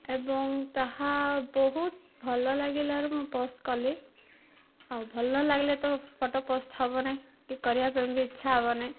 ଏବଂ ତାହା ବହୁତ ଭଲ ଲାଗିଲାରୁ ମୁଁ ପୋଷ୍ଟ କଲି ଆଉ ଭଲ ନଲାଗିଲେ ତ ଫଟୋ ପୋଷ୍ଟ ହବ ନାହିଁ କି କରିବା ପାଇଁ ବି ଇଚ୍ଛା ହବ ନାହିଁ